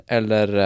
Eller